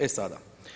E sada.